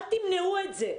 אל תמנעו את זה.